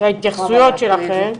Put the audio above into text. להתייחסויות שלכן,